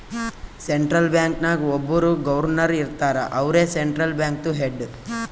central bank ನಾಗ್ ಒಬ್ಬುರ್ governor ಇರ್ತಾರ ಅವ್ರೇ ಸೆಂಟ್ರಲ್ ಬ್ಯಾಂಕ್ದು ಹೆಡ್